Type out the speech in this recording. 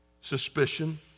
suspicion